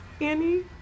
Annie